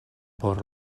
por